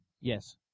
Yes